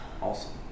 Awesome